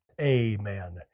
amen